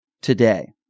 today